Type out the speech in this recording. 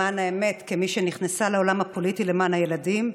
למען האמת, כמי שנכנסה לעולם הפוליטי למען הילדים,